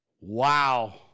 wow